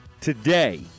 today